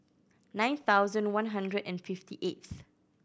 nine thousand one hundred and fifty eighth